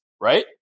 right